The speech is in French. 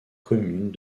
communes